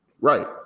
Right